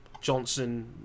Johnson